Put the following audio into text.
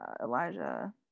Elijah